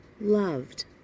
loved